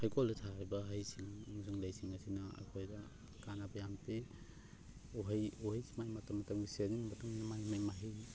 ꯍꯩꯀꯣꯜꯗ ꯊꯥꯔꯤꯕ ꯍꯩꯁꯤꯡ ꯑꯃꯁꯨꯡ ꯂꯩꯁꯤꯡ ꯑꯁꯤꯅ ꯑꯩꯈꯣꯏꯗ ꯀꯥꯅꯕ ꯌꯥꯝ ꯄꯤ ꯎꯍꯩ ꯎꯍꯩꯁꯤ ꯃꯥꯏ ꯃꯇꯝ ꯃꯇꯝꯒꯤ ꯁꯤꯖꯤꯟꯒꯤ ꯃꯇꯨꯡꯏꯟꯅ ꯃꯥꯏ ꯃꯥꯏ ꯃꯍꯩ